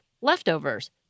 leftovers